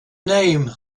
name